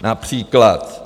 Například.